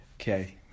Okay